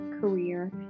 career